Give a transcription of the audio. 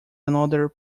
another